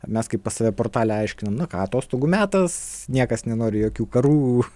mes kaip pas save portale aiškinam na ką atostogų metas niekas nenori jokių karų